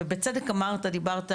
ובצדק אמרת ודיברת היושב-ראש,